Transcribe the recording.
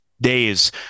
days